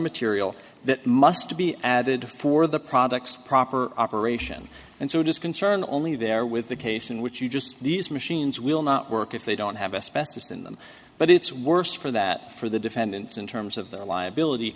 material that must be added for the products proper operation and so it is concerned only there with the case in which you just these machines will not work if they don't have a specialist in them but it's worse for that for the defendants in terms of their liability